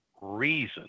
reason